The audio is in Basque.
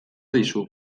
dizu